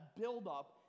buildup